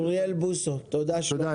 אוריאל בוסו, בבקשה.